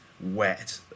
wet